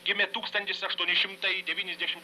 gimė tūkstantis aštuoni šimtai devyniasdešim